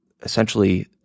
essentially